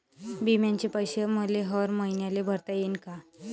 बिम्याचे पैसे मले हर मईन्याले भरता येईन का?